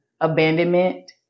abandonment